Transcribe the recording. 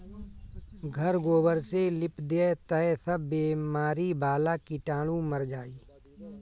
घर गोबर से लिप दअ तअ सब बेमारी वाला कीटाणु मर जाइ